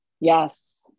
Yes